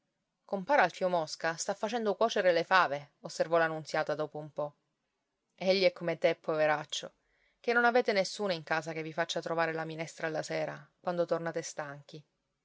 compar alfio mosca sta facendo cuocere le fave osservò la nunziata dopo un po egli è come te poveraccio che non avete nessuno in casa che vi faccia trovare la minestra alla sera quando tornate stanchi